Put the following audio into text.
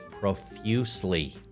profusely